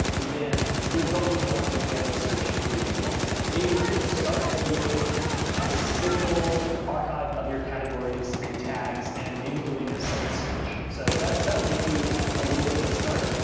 then you're going to want to go searching through your blog. now, you could start with a simple archive of your categories, and tags, and maybe doing a site search. so that'll give you a little bit of a start.